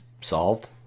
solved